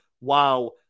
wow